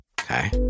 Okay